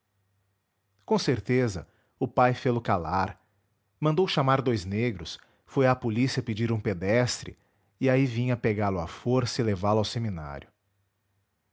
com certeza o pai fê-lo calar mandou chamar dous negros foi à polícia pedir um pedestre e aí vinha pegá lo à força e levá-lo ao seminário